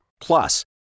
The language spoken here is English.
Plus